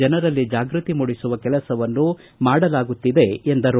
ಜನರಲ್ಲಿ ಜಾಗ್ಬತಿ ಮೂಡಿಸುವ ಕೆಲಸವನ್ನು ಮಾಡಲಾಗುತ್ತಿದೆ ಎಂದರು